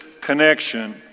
connection